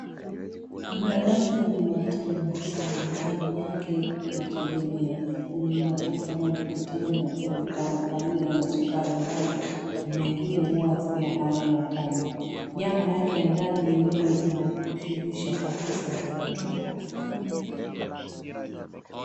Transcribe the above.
Madafu ni matamu sana maji yake yanategemea unaeza pata maji matamu ambayo utadhania yana sukari ndani mengine hayana tamu nyama yake ya ndani yenyewe yanashibisha kabisa ndani ya tumbo.